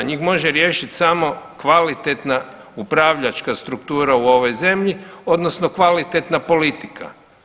Njih može riješiti samo kvalitetna upravljačka struktura u ovoj zemlji, odnosno kvalitetna politika.